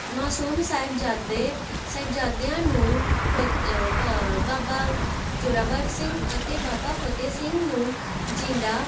ਮਾਸੂਮ ਸਾਹਿਬਜ਼ਾਦੇ ਸਾਹਿਬਜ਼ਾਦਿਆਂ ਨੂੰ ਫਤਿ ਬ ਬਾਬਾ ਜ਼ੋਰਾਵਰ ਸਿੰਘ ਅਤੇ ਬਾਬਾ ਫਤਿਹ ਸਿੰਘ ਨੂੰ ਜਿੰਦਾ